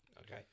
Okay